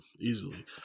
easily